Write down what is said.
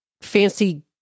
fancy